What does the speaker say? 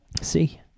see